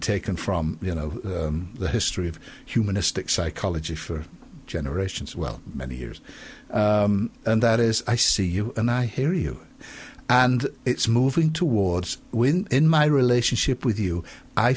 taken from you know the history of humanistic psychology for generations well many years and that is i see you and i hear you and it's moving towards when in my relationship with you i